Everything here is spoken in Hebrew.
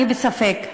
אני בספק.